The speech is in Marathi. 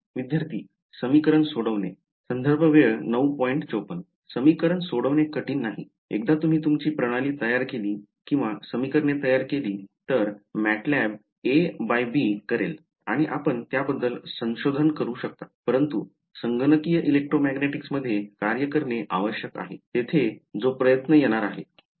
विद्यार्थी समीकरण सोडवणे समीकरण सोडवणे कठीण नाही एकदा तुम्ही तुमची प्रणाली तयार केली किंवा समीकरणे तयार केली तर MATLAB Ab करेल आणि आपण त्याबद्दल संशोधन करू शकता परंतु संगणकीय इलेक्ट्रोमॅग्नेटिकमध्ये कार्य करणे आवश्यक आहे जेथे तो प्रयत्न येणार आहे